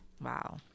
Wow